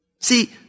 See